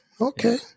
Okay